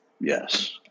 Yes